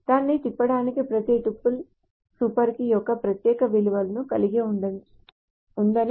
దాన్ని తిప్పడానికి ప్రతి టుపుల్ సూపర్ కీ యొక్క ప్రత్యేక విలువను కలిగి ఉందని కూడా చెప్పగలను